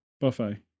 buffet